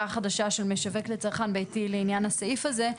חדשה של משווק לצרכן ביתי לעניין הסעיף הזה.